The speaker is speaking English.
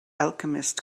alchemist